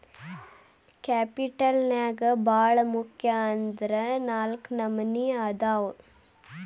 capital ನ್ಯಾಗ್ ಭಾಳ್ ಮುಖ್ಯ ಅಂದ್ರ ನಾಲ್ಕ್ ನಮ್ನಿ ಅದಾವ್